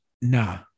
Nah